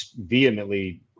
vehemently